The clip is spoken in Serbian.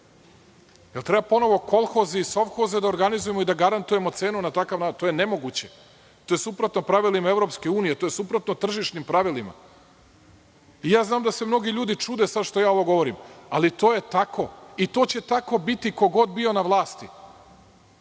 li treba ponovo kolholzi i sovhoze da organizujemo i da garantujemo cenu na takav način. To je nemoguće. To je suprotno pravilima EU. to je suprotno tržišnim pravilima.I ja znam da se mnogi ljudi čude sad što ja ovo govorim. Ali to je tako. I to će tako biti ko god bio na vlasti.